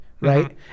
Right